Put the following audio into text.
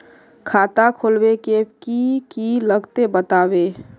खाता खोलवे के की की लगते बतावे?